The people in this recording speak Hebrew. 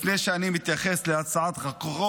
לפני שאני מתייחס להצעת החוק,